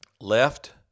left